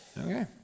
Okay